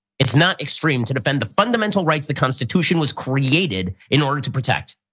it's not extreme to defend the fundamental rights the constitution was created in order to protect.